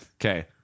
Okay